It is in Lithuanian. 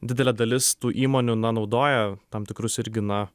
didelė dalis tų įmonių na naudoja tam tikrus irgi na